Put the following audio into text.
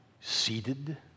Seated